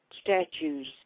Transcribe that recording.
statues